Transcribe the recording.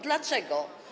Dlaczego?